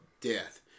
death